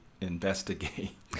investigate